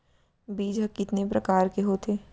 बीज ह कितने प्रकार के होथे?